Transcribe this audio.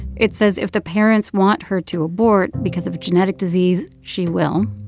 it says if the parents want her to abort because of genetic disease, she will.